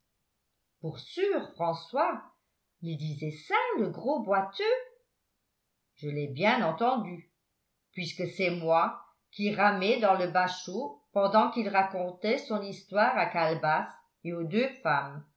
pour sûr françois il disait ça le gros boiteux je l'ai bien entendu puisque c'est moi qui ramais dans le bachot pendant qu'il racontait son histoire à calebasse et aux deux femmes